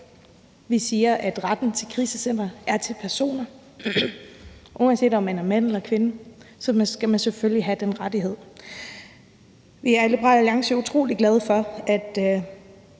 Vi siger, at retten til at komme på krisecenter er til personer – uanset om man er mand eller kvinde, skal man selvfølgelig have den rettighed. Vi er i Liberal Alliance utrolig glade for, at